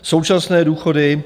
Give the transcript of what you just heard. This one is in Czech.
Současné důchody.